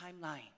timeline